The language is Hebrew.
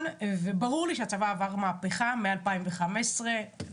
וברור לי שהצבא עבר מהפכה מ-2015 ל-2022.